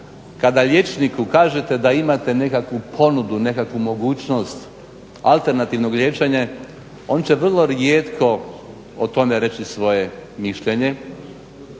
kada liječniku kažete da imate neku ponudu, nekakvu mogućnost alternativnog liječenja, on će vrlo rijetko o tome reći svoje mišljenje.